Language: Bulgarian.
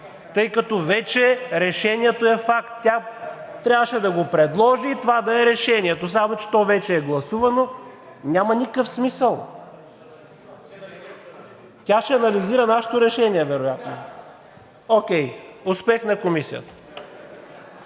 тъй като вече решението е факт. Тя трябваше да го предложи и това да е решението, само че то вече е гласувано. Няма никакъв смисъл! Тя ще анализира нашето решение вероятно. (Шум и реплики.) Окей. Успех на Комисията!